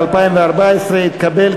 אגף התקציבים,